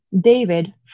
David